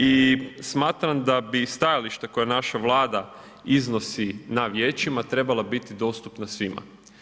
I smatram da bi stajalište koja naša Vlada iznosi na Vijećima trebala biti dostupna svima.